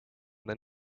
then